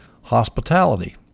hospitality